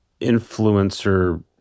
influencer